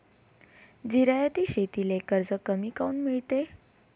जिरायती शेतीले कर्ज कमी काऊन मिळते?